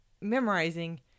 memorizing